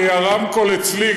כי הרמקול אצלי,